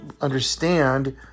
understand